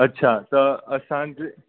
अच्छा त असांजे